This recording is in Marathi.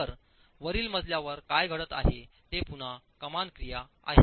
तर वरील मजल्या वर काय घडत आहे ते पुन्हा कमान क्रिया आहे